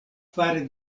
fare